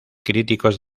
críticos